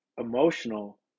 emotional